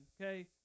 okay